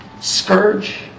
Scourge